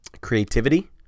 creativity